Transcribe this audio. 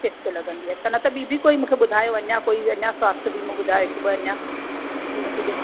क़िस्त लॻंदी आहे त न त ॿी बि कोई मूंखे ॿुधायो अञा कोई अञा स्वास्थय वीमो ॿुधायो हिकु ॿ अञा पोइ मूंखे जेको